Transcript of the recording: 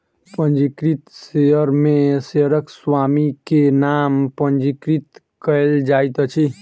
पंजीकृत शेयर में शेयरक स्वामी के नाम पंजीकृत कयल जाइत अछि